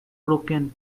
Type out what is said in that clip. broken